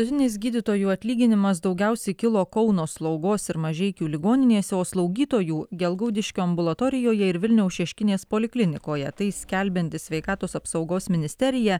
vidutinis gydytojų atlyginimas daugiausiai kilo kauno slaugos ir mažeikių ligoninėse o slaugytojų gelgaudiškio ambulatorijoje ir vilniaus šeškinės poliklinikoje tai skelbianti sveikatos apsaugos ministerija